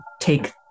take